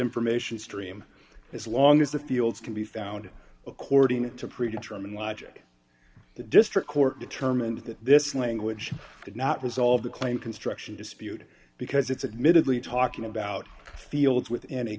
information stream as long as the fields can be found according to predetermine logic the district court determined that this language did not resolve the claim construction dispute because it's admittedly talking about fields with